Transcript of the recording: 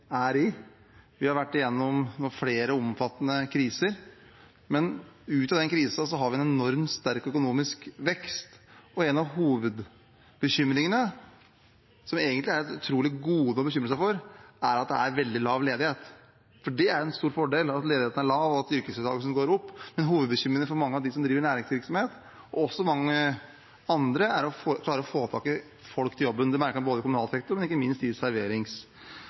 Vi har vært gjennom flere omfattende kriser, men ut av den krisen har vi en enormt sterk økonomisk vekst, og en av hovedbekymringene – som egentlig er et utrolig gode å bekymre seg for – er at det er veldig lav ledighet. Det er en stor fordel at ledigheten er lav, og at yrkesdeltagelsen går opp, men hovedbekymringen for mange av dem som driver næringsvirksomhet, og også mange andre, er å klare å få tak i folk til jobben. Det merker man både i kommunal sektor og ikke minst i